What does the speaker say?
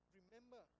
Remember